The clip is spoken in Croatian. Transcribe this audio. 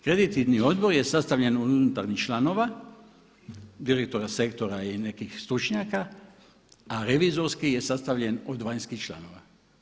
Kreditni odbor je sastavljen od unutarnjih članova, direktora sektora i nekih stručnjaka a revizorski je sastavljen od vanjskih članova.